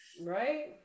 Right